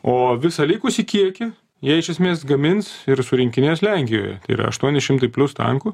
o visą likusį kiekį jie iš esmės gamins ir surinkinės lenkijoje tai yra aštuoni šimtai plius tankų